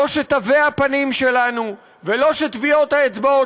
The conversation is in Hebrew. לא שתווי הפנים שלנו ולא שטביעות האצבעות